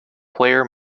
player